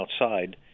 outside